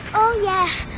oh yeah,